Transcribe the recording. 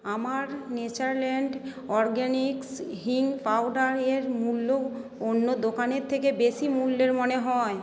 আমার Natureland Organics হিং পাউডারের মূল্য অন্য দোকানের থেকে বেশি মূল্যের মনে হয়